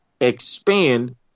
expand